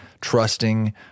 trusting